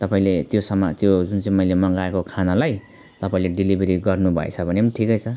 तपाईँले त्यो समा त्यो जुन चाहिँ मैले मगाएको खानालाई तपाईँले डेलिभरी गर्नुभएछ भने पनि ठिकै छ